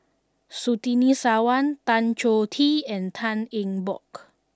Surtini Sarwan Tan Choh Tee and Tan Eng Bock